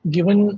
Given